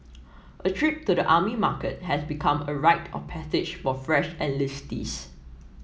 a trip to the army market has become a rite of passage for fresh enlistees